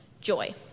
joy